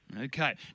Okay